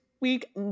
week